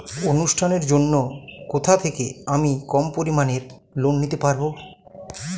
অনুষ্ঠানের জন্য কোথা থেকে আমি কম পরিমাণের লোন নিতে পারব?